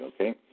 okay